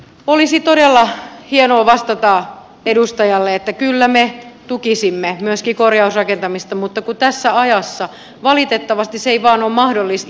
olisi todella hienoa vastata edustajalle että kyllä me tukisimme myöskin korjausrakentamista mutta kun tässä ajassa valitettavasti se ei vain ole mahdollista